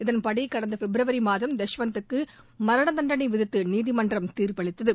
இதன்படி கடந்த பிப்ரவரி மாதம் தஷ்வந்த் க்கு மரண தண்டளை விதித்து நீதிமன்றம் தீர்ப்பளித்தது